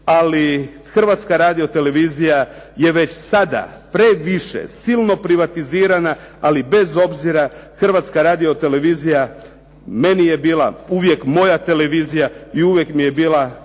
ali Hrvatska radiotelevizija je već sada previše silno privatizirana, ali bez obzira Hrvatska radiotelevizija meni je bila uvijek moja televizija i uvijek mi je bila